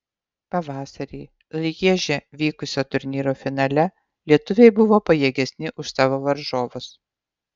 pavasarį lježe vykusio turnyro finale lietuviai buvo pajėgesni už savo varžovus